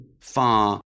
far